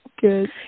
Good